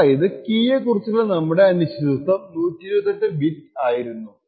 അതായതു കീയെ കുറിച്ചുള്ള നമ്മുടെ അനിശ്ചിതത്വം 128 ബിറ്റ് ആയിരുന്നു